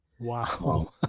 Wow